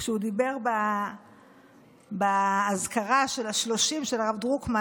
כשדיבר באזכרה בשלושים של הרב דרוקמן,